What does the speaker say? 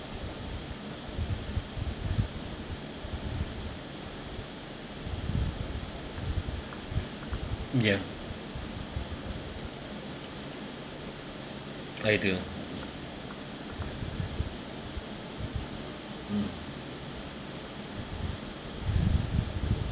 ya I do mm